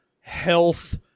health